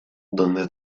donde